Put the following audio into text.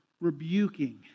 Rebuking